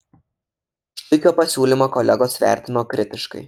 štuikio pasiūlymą kolegos vertino kritiškai